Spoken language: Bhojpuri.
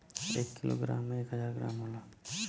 एक कीलो ग्राम में एक हजार ग्राम होला